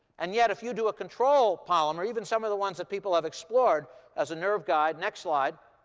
and yet, if you do a control polymer, even some of the ones that people have explored as a nerve guide next slide